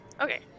Okay